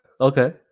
okay